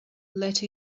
let